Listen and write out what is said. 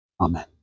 Amen